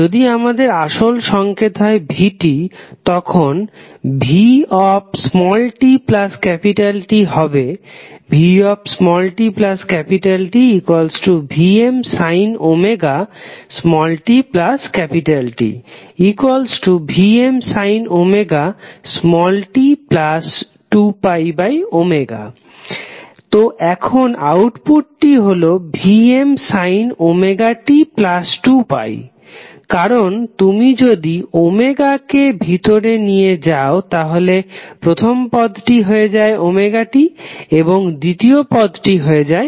যদি আমাদের আসল সংকেত হয় v তখন vtT হবে vtTVmtT Vmt2πω তো এখন আউটপুটটি হলো Vmωt2π কারণ তুমি যদি কে ভিতরে নিয়ে যাও তাহলে প্রথম পদটি হয়ে যায় t এবং দ্বিতীয় পদটি হয়ে যায়